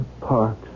Parks